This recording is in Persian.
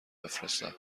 بفرستم